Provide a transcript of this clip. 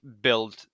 build